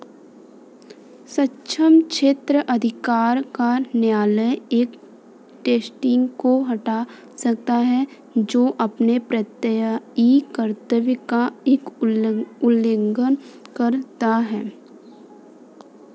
सक्षम क्षेत्राधिकार का न्यायालय एक ट्रस्टी को हटा सकता है जो अपने प्रत्ययी कर्तव्य का उल्लंघन करता है